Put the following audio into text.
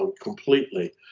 completely